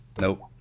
Nope